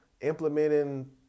implementing